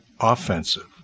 offensive